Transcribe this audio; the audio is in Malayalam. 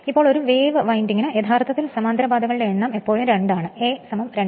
ഇപ്പോൾ ഒരു വേവ് വൈൻഡിംഗിന് യഥാർത്ഥത്തിൽ സമാന്തര പാതകളുടെ എണ്ണം എപ്പോഴും 2 ആണ് A 2